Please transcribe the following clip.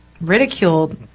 ridiculed